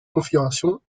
configuration